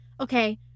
okay